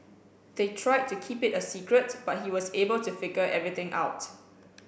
they tried to keep it a secret but he was able to figure everything out